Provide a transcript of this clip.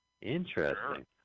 Interesting